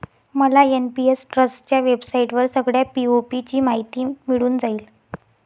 मला एन.पी.एस ट्रस्टच्या वेबसाईटवर सगळ्या पी.ओ.पी ची माहिती मिळून जाईल